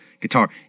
guitar